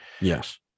Yes